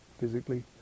physically